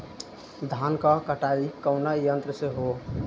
धान क कटाई कउना यंत्र से हो?